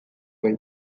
behin